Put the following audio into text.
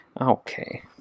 okay